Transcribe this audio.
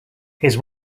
his